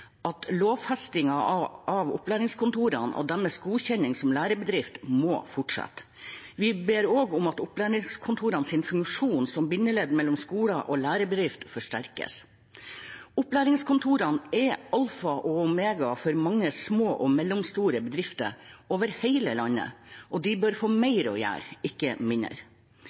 at lovfestingen av opplæringskontorene og deres godkjenning som lærebedrift må fortsette. Vi ber også om at opplæringskontorenes funksjon som bindeledd mellom skolen og lærebedriftene forsterkes. Opplæringskontorene er alfa og omega for mange små og mellomstore bedrifter over hele landet. De bør få mer å gjøre, ikke mindre